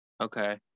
okay